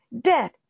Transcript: death